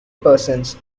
persons